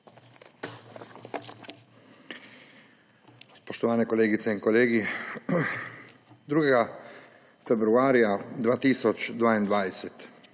Spoštovane kolegice in kolegi! 2. februarja 2022